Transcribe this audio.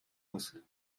мысль